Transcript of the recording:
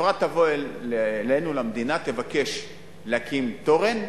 חברה תבוא למדינה, תבקש להקים תורן,